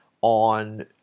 on